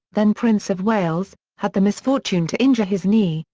then prince of wales, had the misfortune to injure his knee,